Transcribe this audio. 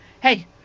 Hey